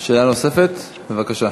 שאלה נוספת, בבקשה.